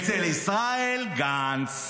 אצל ישראל גנץ.